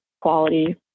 quality